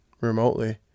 remotely